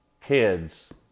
kids